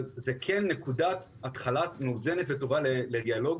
זה כן נקודת התחלה מאוזנת וטובה לדיאלוג,